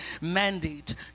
mandate